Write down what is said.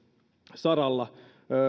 saralla